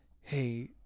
hey